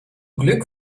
glück